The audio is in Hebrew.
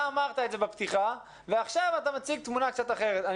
אתה אמרת את זה בפתיחה ועכשיו אתה מציג תמונה קצת אחרת.